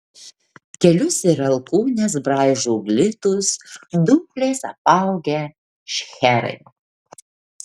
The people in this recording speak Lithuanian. kelius ir alkūnes braižo glitūs dumbliais apaugę šcherai